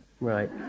Right